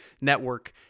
network